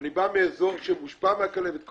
אני בא מאזור שמושפע מהכלבת,